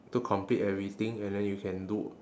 to complete everything and then you can do